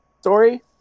story